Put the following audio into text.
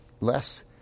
less